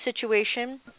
situation